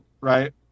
right